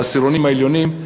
לעשירונים העליונים,